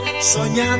soñando